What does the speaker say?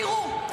תראו,